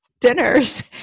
dinners